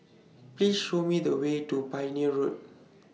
Please Show Me The Way to Pioneer Road